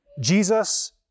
Jesus